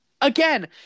Again